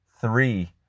three